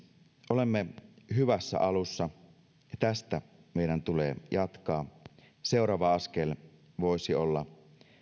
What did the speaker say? olemme hyvässä alussa tästä meidän tulee jatkaa seuraava askel voisi olla